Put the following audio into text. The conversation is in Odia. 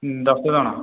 ଦଶଜଣ